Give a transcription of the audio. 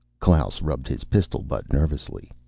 klaus rubbed his pistol butt nervously.